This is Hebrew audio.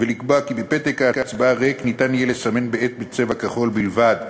ולקבוע כי בפתק הצבעה ריק ניתן יהיה לסמן בעט בצבע כחול בלבד.